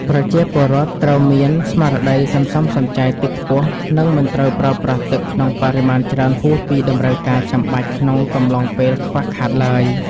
ប្រជាពលរដ្ឋត្រូវមានស្មារតីសន្សំសំចៃទឹកខ្ពស់ និងមិនត្រូវប្រើប្រាស់ទឹកក្នុងបរិមាណច្រើនហួសពីតម្រូវការចាំបាច់ក្នុងកំឡុងពេលខ្វះខាតឡើយ។